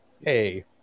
hey